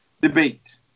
debate